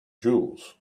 jewels